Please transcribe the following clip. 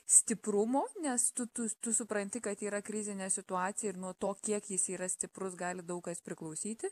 stiprumo nes tu tu tu supranti kad yra krizinė situacija ir nuo to kiek jis yra stiprus gali daug kas priklausyti